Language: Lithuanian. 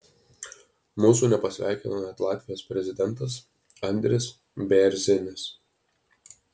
mūsų nepasveikino net latvijos prezidentas andris bėrzinis